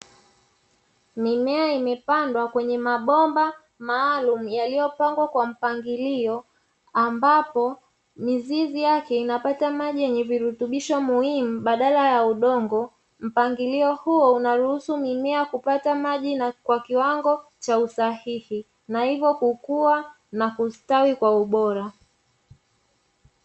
Mimea imepandwa kwenye mabomba maalumu, yaliyopangwa kwa mpangilio, ambapo mizizi yake inapata maji yenye virutubisho muhimu badala ya udongo. Mpangilio huo unaruhusu mimea kupata maji kwa kiwango cha usahihi, na hivyo kukua na kustawi kwa ubora.